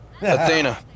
Athena